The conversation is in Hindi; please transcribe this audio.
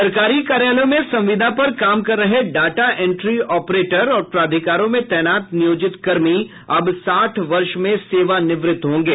सरकारी कार्यालयों में संविदा पर काम कर रहे डाटा इंट्री ऑपरेटर और प्राधिकारों में तैनात नियोजित कर्मी अब साठ वर्ष में सेवानिवृत्त होंगे